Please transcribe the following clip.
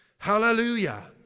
Hallelujah